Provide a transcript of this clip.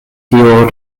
tio